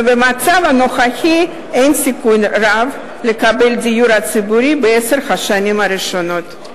ובמצב הנוכחי אין סיכוי רב לקבל דיור ציבורי בעשר השנים הראשונות.